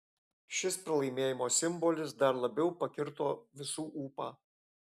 šis pralaimėjimo simbolis dar labiau pakirto visų ūpą